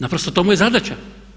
Naprosto to mu je zadaća.